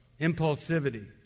impulsivity